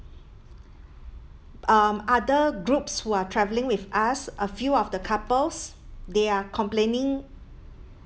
um other groups who are travelling with us a few of the couples they are complaining